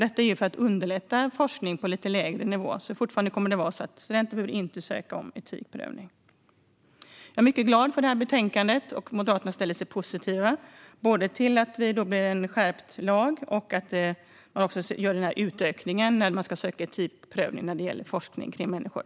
Detta är för att underlätta forskning på lite lägre nivå. Studenter behöver alltså fortfarande inte ansöka om etikprövning. Jag är mycket glad för det här betänkandet, och Moderaterna ställer sig positiva till en skärpt lag och utökningen av etikprövningen av forskning som avser människor.